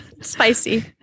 Spicy